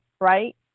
right